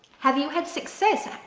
have you had success?